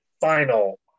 final